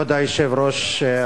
כבוד היושב-ראש,